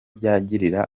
byagirira